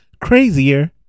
crazier